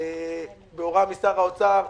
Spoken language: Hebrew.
בהוראת שר האוצר,